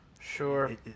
Sure